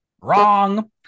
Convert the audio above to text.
Wrong